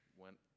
went